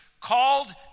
called